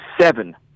seven